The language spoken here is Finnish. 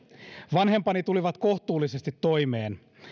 vanhempani tulivat kohtuullisesti toimeen